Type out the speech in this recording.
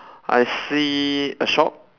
I see a shop